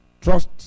Trust